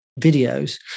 videos